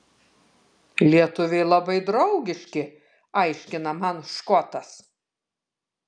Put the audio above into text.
lietuviai labai draugiški aiškina man škotas